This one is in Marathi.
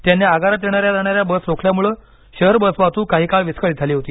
त्यांनी आगारात येणाऱ्या जाणाऱ्या बस रोखल्यामुळे शहर बस वाहतूक काही काळ विस्कळीत झाली होती